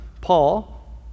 Paul